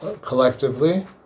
collectively